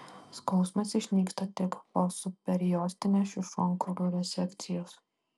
skausmas išnyksta tik po subperiostinės šių šonkaulių rezekcijos